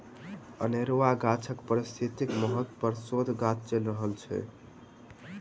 अनेरुआ गाछक पारिस्थितिकीय महत्व पर शोध काज चैल रहल अछि